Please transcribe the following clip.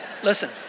Listen